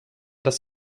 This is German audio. das